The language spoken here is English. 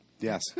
yes